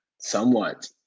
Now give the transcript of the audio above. somewhat